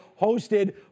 hosted